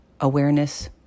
awareness